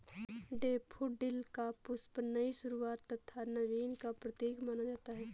daffodil का पुष्प नई शुरुआत तथा नवीन का प्रतीक माना जाता है